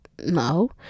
No